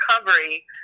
recovery